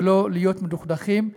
ולא להיות מדוכדכים,